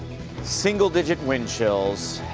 single-digit wind chills,